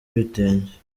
ibitenge